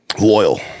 loyal